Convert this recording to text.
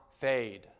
fade